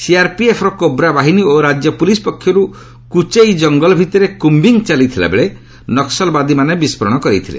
ସିଆର୍ପିଏଫ୍ର କୋବ୍ରା ବାହିନୀ ଓ ରାଜ୍ୟ ପୁଲିସ୍ ପକ୍ଷରୁ କୁଚେଇ ଜଙ୍ଗଲ ଭିତରେ କୁମ୍ବିଂ ଚାଲିଥିଲାବେଳେ ନକୁଲବାଦୀମାନେ ବିସ୍ଫୋରଣ କରାଇଛନ୍ତି